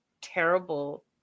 terrible